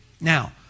Now